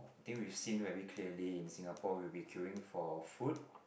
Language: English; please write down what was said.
I think we seen very clearly in Singapore we will be queuing for food